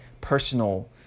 personal